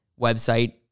website